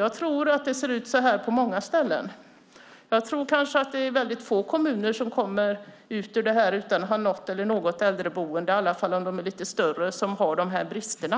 Jag tror att det ser likadant ut på många ställen. Jag tror att det är få kommuner som kommer ut ur detta utan att något äldreboende, i alla fall om de är lite större, har dessa brister.